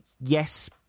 Yes